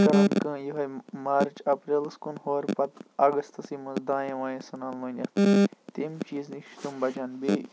پَتہٕ کَران کٲم یِہَے مارچ اَپریلَس کُن ہور پَتہٕ اَگستَسٕے منٛز دانہِ وانہِ ژھُنان لوٗنِتھ تَمہِ چیٖزٕ نِش چھِ تَمہِ بَچان بیٚیہِ